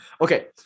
Okay